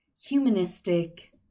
humanistic